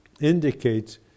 indicates